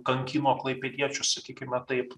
kankino klaipėdiečius sakykime taip